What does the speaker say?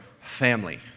family